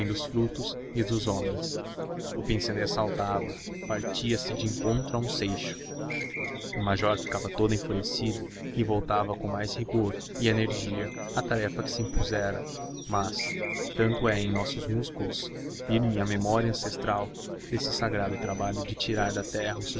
dos frutos e dos homens o pince-nez saltava partia se de encontro a um seixo o major ficava todo enfurecido e voltava com mais rigor e energia à tarefa que se impusera mas tanto é em nossos músculos firme a memória ancestral desse sagrado trabalho de tirar o